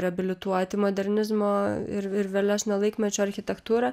reabilituoti modernizmo ir ir vėlesnio laikmečio architektūrą